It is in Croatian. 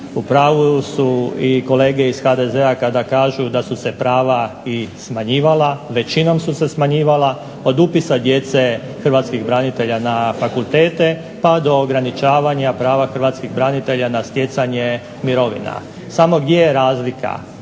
pravu su i kolege iz HDZ-a kada kažu da su se prava i smanjivala, većinom su se smanjivala od upisa djece hrvatskih branitelja na fakultete, pa do ograničavanja prava hrvatskih branitelja na stjecanje mirovina. Samo gdje je razlika?